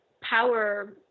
power